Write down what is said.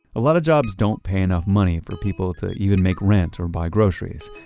a lot of jobs don't pay enough money for people to even make rent or buy groceries.